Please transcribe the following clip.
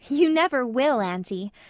you never will, aunty.